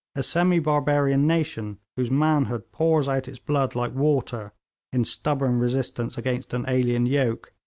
a semi-barbarian nation whose manhood pours out its blood like water in stubborn resistance against an alien yoke,